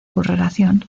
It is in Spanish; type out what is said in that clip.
correlación